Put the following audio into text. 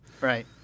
Right